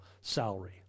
salary